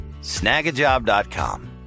snagajob.com